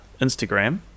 instagram